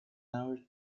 hour